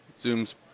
Zoom's